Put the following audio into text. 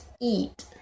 eat